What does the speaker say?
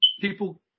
people